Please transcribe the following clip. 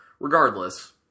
Regardless